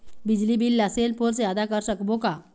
बिजली बिल ला cell phone से आदा कर सकबो का?